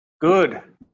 Good